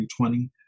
2020